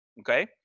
okay